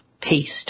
Paste